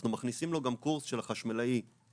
אנחנו מכניסים לו גם קורס של החשמלאי מעשי